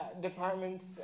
departments